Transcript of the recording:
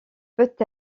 peut